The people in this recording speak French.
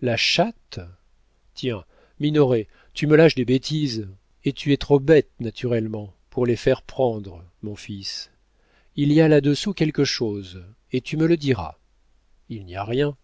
la chatte tiens minoret tu me lâches des bêtises et tu es trop bête naturellement pour les faire prendre mon fils il y a là-dessous quelque chose et tu me le diras il n'y a rien